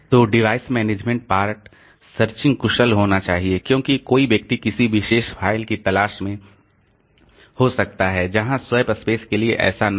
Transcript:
तो device management part searching कुशल होना चाहिए क्योंकि कोई व्यक्ति किसी विशेष फ़ाइल की तलाश में हो सकता है जहां स्वैप स्पेस के लिए ऐसा न हो